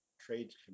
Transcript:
trades